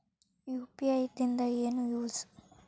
UPI ದಿಂದ ಏನು use?